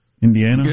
Indiana